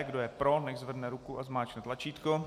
Kdo je pro, nechť zvedne ruku a zmáčkne tlačítko.